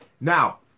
Now